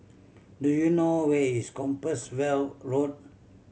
do you know where is Compassvale Road